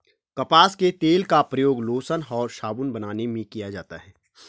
कपास के तेल का प्रयोग लोशन और साबुन बनाने में किया जाता है